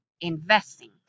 Investing